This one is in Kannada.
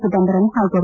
ಚಿದಂಬರಂ ಪಾಜರು